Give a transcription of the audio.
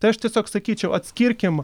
tai aš tiesiog sakyčiau atskirkim